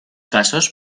casos